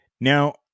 Now